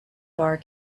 bar